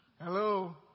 Hello